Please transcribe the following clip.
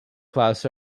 class